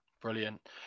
Brilliant